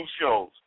shows